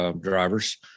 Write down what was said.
drivers